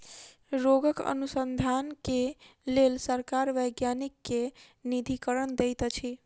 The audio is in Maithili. रोगक अनुसन्धान के लेल सरकार वैज्ञानिक के निधिकरण दैत अछि